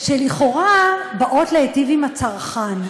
שלכאורה באות להיטיב עם הצרכן,